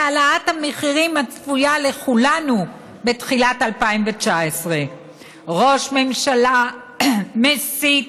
לעליית המחירים הצפויה לכולנו בתחילת 2019. ראש ממשלה מסית,